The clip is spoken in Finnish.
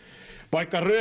vaikka